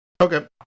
Okay